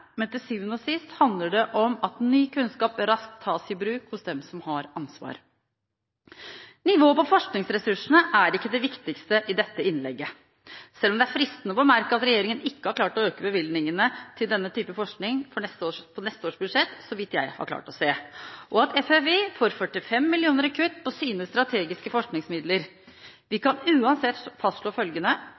Men til syvende og sist handler det om at ny kunnskap raskt tas i bruk hos dem som har ansvaret. Nivået på forskningsressursene er ikke det viktigste i dette innlegget – selv om det er fristende å bemerke at regjeringen ikke har klart å øke bevilgningene til denne type forskning på neste års budsjett, så vidt jeg har klart å se, og at FFI får 45 mill. kr i kutt på sine strategiske forskningsmidler. Vi kan uansett fastslå følgende: